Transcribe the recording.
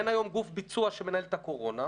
אין היום גוף ביצוע שמנהל את הקורונה.